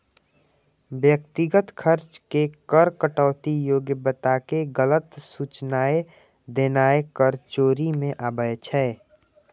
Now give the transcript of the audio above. व्यक्तिगत खर्च के कर कटौती योग्य बताके गलत सूचनाय देनाय कर चोरी मे आबै छै